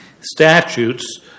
statutes